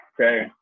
Okay